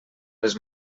les